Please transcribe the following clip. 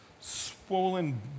swollen